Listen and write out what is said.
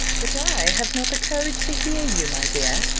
but i have not the courage to hear you, my dear,